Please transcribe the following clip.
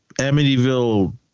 Amityville